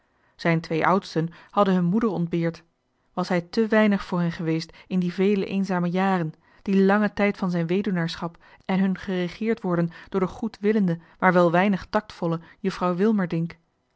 zijn twee oudsten hadden hun moeder ontbeerd was hij te weinig voor hen geweest in die vele eenzame jaren dien langen tijd van zijn weduwnaarschap en hun geregeerd worden door de goedwillende maar wel weinig taktvolle juffrouw wilmerdink ach